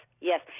yes